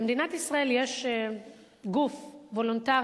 במדינת ישראל יש גוף וולונטרי,